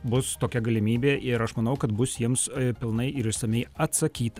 bus tokia galimybė ir aš manau kad bus jiems pilnai ir išsamiai atsakyta